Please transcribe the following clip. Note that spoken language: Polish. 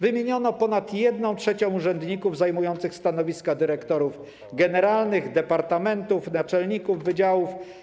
Wymieniono ponad 1/3 urzędników zajmujących stanowiska dyrektorów generalnych departamentów, naczelników wydziałów.